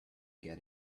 get